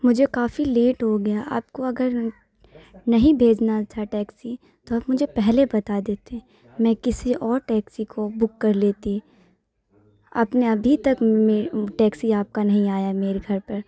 مجھے کافی لیٹ ہوگیا آپ کو اگر نہیں بھیجنا تھا ٹیکسی تو آپ مجھے پہلے بتا دیتے میں کسی اور ٹیکسی کو بک کر لیتی آپ نے ابھی تک میں ٹیکسی آپ کا نہیں آیا میرے گھر پر